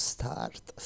Start